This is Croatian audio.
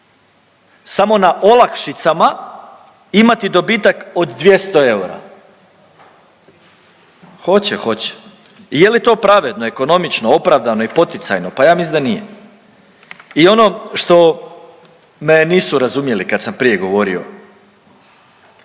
samo na olakšicama imati dobitak od 200 eura. Hoće, hoće i je li to pravedno, ekonomično, opravdano i poticajno, pa ja mislim da nije. I ono što me nisu razumjeli kad sam prije govorio.